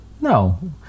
no